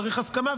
צריך הסכמה,